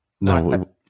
No